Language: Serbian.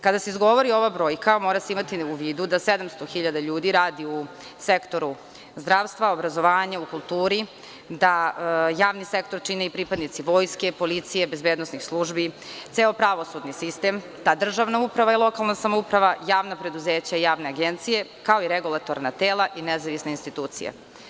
Kada se izgovori ova brojka morate imati u vidu da 700 hiljada ljudi radi u sektoru zdravstva, obrazovanja, kulture, da javni sektor čine i pripadnici vojske, policije, bezbednosnih službi, ceo pravosudni sistem, državna uprava, lokalna samouprava, javna preduzeća, javne agencije, kao i regulatorna tela i nezavisne institucije.